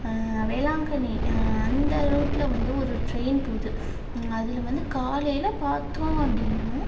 வேளாங்கண்ணி அந்த ரூட்டில் வந்து ஒரு டிரெயின் போகுது ம் அதில் வந்து காலையில் பார்த்தோம் அப்படினா